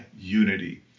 unity